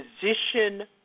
position